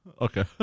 Okay